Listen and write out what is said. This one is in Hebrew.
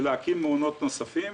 להקמת מעונות נוספים,